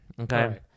Okay